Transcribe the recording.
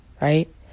right